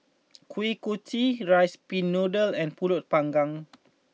Kuih Kochi Rice Pin Noodles and Pulut Panggang